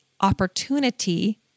opportunity